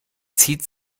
zieht